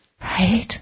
right